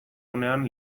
unean